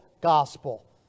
gospel